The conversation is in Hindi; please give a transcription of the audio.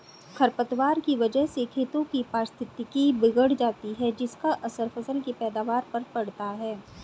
खरपतवार की वजह से खेतों की पारिस्थितिकी बिगड़ जाती है जिसका असर फसल की पैदावार पर पड़ता है